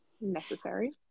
necessary